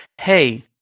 Hey